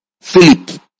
Philip